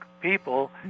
people –